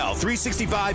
365